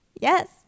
Yes